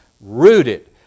Rooted